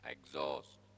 Exhaust